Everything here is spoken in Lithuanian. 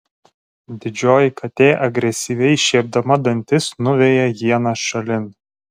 didžioji katė agresyviai šiepdama dantis nuveja hieną šalin